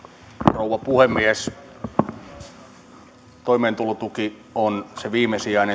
rouva puhemies toimeentulotuki on se viimesijainen